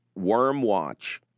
Wormwatch